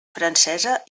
francesa